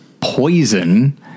poison